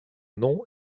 nom